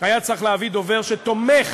היה צריך להביא דובר שתומך,